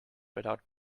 without